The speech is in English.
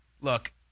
Look